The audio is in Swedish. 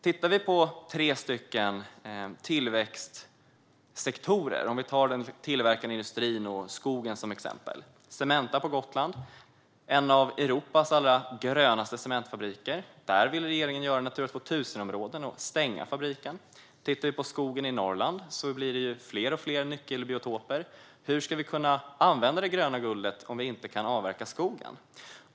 Vi kan titta på tre tillväxtsektorer och ta den tillverkande industrin och skogen som exempel. När det gäller Cementa på Gotland, som är en av Europas grönaste cementfabriker, vill regeringen göra Natura 2000-område på Cementas markområde och stänga fabriken. I fråga om skogen i Norrland blir det allt fler nyckelbiotoper. Hur ska vi kunna använda det gröna guldet om vi inte kan avverka skogen?